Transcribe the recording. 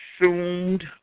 assumed